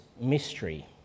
mystery